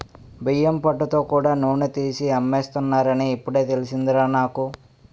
బియ్యం పొట్టుతో కూడా నూనె తీసి అమ్మేస్తున్నారని ఇప్పుడే తెలిసిందిరా నాకు